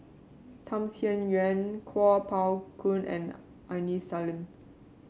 Tham Sien Yen Kuo Pao Kun and Aini Salim